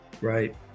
Right